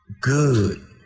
good